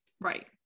Right